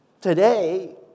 today